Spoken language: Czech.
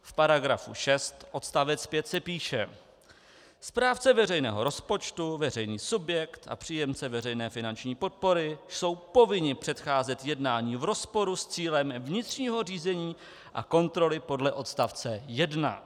V § 6 odst. 5 se píše: Správce veřejného rozpočtu, veřejný subjekt a příjemce veřejné finanční podpory jsou povinni předcházet jednání v rozporu s cílem vnitřního řízení a kontroly podle odst. 1.